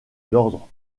d’ordre